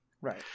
Right